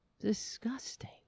Disgusting